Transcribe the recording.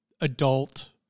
adult